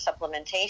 supplementation